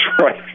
right